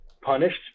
punished